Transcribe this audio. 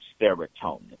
serotonin